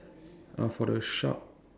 uh for the shark